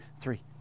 three